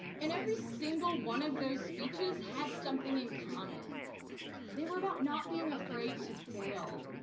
and every single one of those speeches had something in common they were about not being afraid to fail.